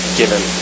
given